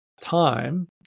time